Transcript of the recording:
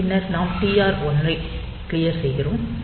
பின்னர் நாம் TR 1 ஐ க்ளியர் செய்கிறோம்